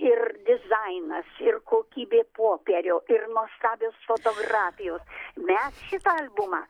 ir dizainas ir kokybė popierio ir nuostabios fotografijos mes šitą albumą